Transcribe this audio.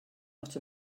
not